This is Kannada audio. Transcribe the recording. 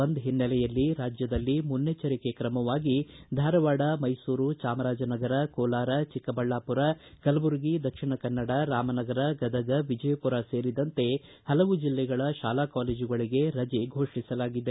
ಬಂದ್ ಹಿನ್ನೆಲೆಯಲ್ಲಿ ರಾಜ್ಯದಲ್ಲಿ ಮುನ್ನೆಚ್ಚರಿಕೆ ಕ್ರಮವಾಗಿ ಧಾರವಾಡ ಮೈಸೂರು ಚಾಮರಾಜನಗರ ಕೋಲಾರ ಚಿಕ್ಕಬಳ್ಲಾಪುರ ಕಲಬುರಗಿ ದಕ್ಷಿಣ ಕನ್ನಡ ರಾಮನಗರ ಗದಗ ವಿಜಯಪುರ ಸೇರಿದಂತೆ ಹಲವು ಜಿಲ್ಲೆಗಳ ಶಾಲಾ ಕಾಲೇಜುಗಳಿಗೆ ರಜೆ ಫೋಷಿಸಲಾಗಿದೆ